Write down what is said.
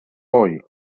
hoy